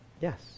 Yes